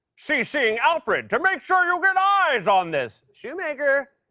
ccing alfred to make sure you get and eyes on this. shoemaker,